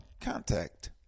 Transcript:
Contact